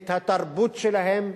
את התרבות שלהם,